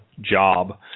job